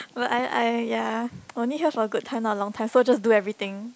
but I I ya only here for a good time not a long so just do everything